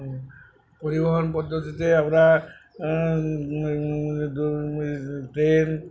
পরিবহন পদ্ধতিতে আমরা ট্রেন